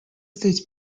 states